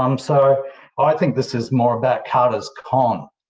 um so i think this is more about carter's con.